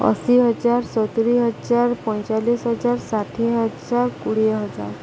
ଅଶୀ ହଜାର ସତୁୁରୀ ହଜାର ପଇଁଚାଳିଶି ହଜାର ଷାଠିଏ ହଜାର କୋଡ଼ିଏ ହଜାର